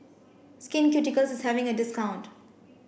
Skin Ceuticals is having a discount